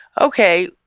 Okay